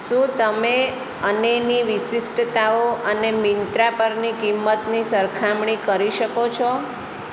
શું તમે અને ની વિશિષ્ટતાઓ અને મિન્ત્રા પરની કિંમતની સરખામણી કરી શકો છો